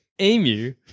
emu